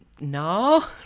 no